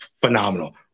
phenomenal